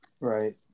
Right